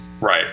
right